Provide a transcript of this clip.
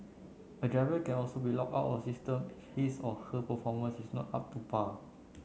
a driver can also be out of the system his or her performance is not up to par